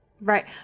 Right